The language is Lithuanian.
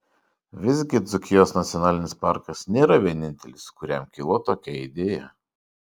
visgi dzūkijos nacionalinis parkas nėra vienintelis kuriam kilo tokia idėja